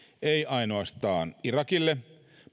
ei ainoastaan irakille